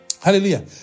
Hallelujah